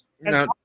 Now